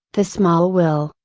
the small will,